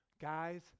Guys